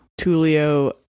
Tulio